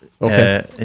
okay